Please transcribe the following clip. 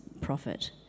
profit